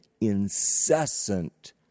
incessant